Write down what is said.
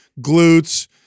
glutes